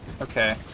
Okay